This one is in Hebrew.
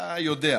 אתה יודע.